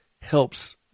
helps